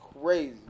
crazy